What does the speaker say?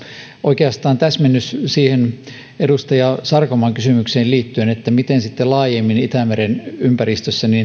oikeastaan täsmennys liittyen edustaja sarkomaan kysymykseen miten on laajemmin itämeren ympäristössä